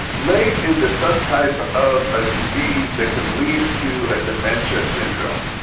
late is a subtype of a disease that can lead to a dementia syndrome.